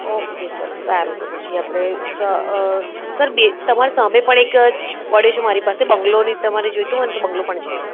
okay sir સારું તો પછી આપણે સર બે તમારી સામે પણ એક જ પડે છે મારી પાસે બંગલોની તમારે જોઈતો હોય ને તો બંગલો પણ છે